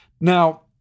Now